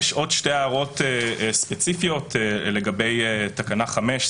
יש עוד שתי הערות ספציפיות לגבי תקנה 5,